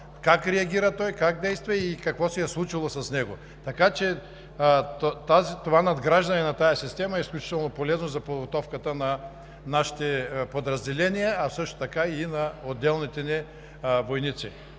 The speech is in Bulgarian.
как реагира, как действа и какво се е случило с него. Това надграждане на тази система е изключително полезно за подготовката на нашите подразделения, а също така и на отделните ни войници.